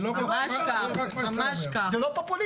זה לא --- זה לא פופוליסטי?